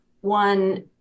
One